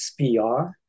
SPR